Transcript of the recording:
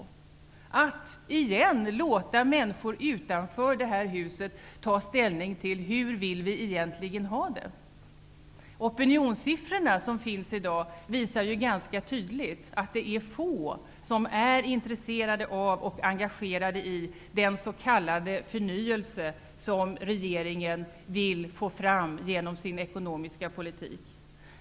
Man måste låta människor utanför detta hus ta ställning till frågan: Hur vill vi egentligen ha det? De opinionssiffror som finns i dag visar ganska tydligt att få är intresserade av eller engagerade i den s.k. förnyelse som regeringen vill få fram genom sin ekonomiska politik.